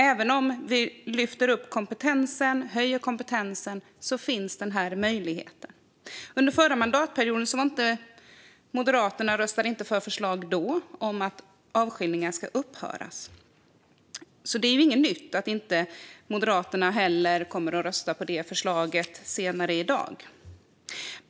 Även om vi lyfter upp och höjer kompetensen finns ändå möjligheten. Under förra mandatperioden röstade Moderaterna inte för förslag om att avskiljningar ska upphöra. Det är inget nytt att Moderaterna inte heller kommer att rösta för dagens förslag.